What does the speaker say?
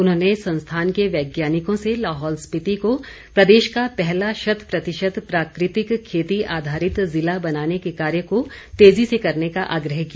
उन्होंने संस्थान के वैज्ञानिकों से लाहौल स्पीति को प्रदेश का पहला शत प्रतिशत प्राकृतिक खेती आधारित ज़िला बनाने के कार्य को तेज़ी से करने का आग्रह किया